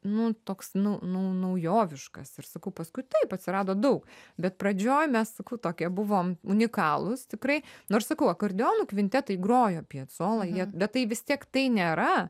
nu toks nu nu naujoviškas ir sakau paskui taip atsirado daug bet pradžioj mes tokie buvom unikalūs tikrai nu ir sakau akordeonų kvintetai grojo piacolą jie bet tai vis tiek tai nėra